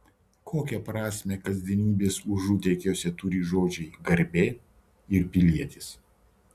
kokią prasmę kasdienybės užutėkiuose turi žodžiai garbė ir pilietis